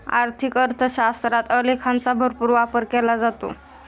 आर्थिक अर्थशास्त्रात आलेखांचा भरपूर वापर केला जातो